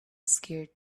scared